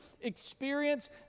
experience